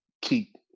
keep